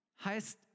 heißt